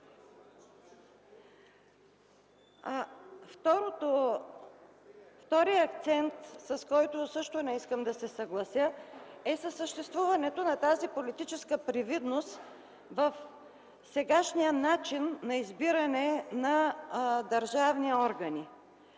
Вторият акцент, с който също не искам да се съглася, е със съществуването на тази политическа привидност в сегашния начин на избиране на държавни органи.